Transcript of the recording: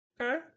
Okay